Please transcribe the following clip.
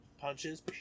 punches